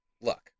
Look